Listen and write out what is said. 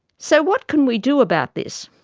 so, what can we do about this?